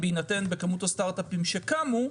בהינתן כמות הסטארטאפים שקמו,